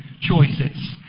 choices